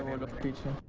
and fourteen so